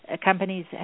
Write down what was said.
companies